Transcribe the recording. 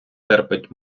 терпить